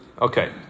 Okay